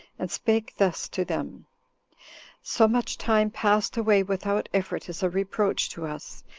and spake thus to them so much time passed away without effort is a reproach to us,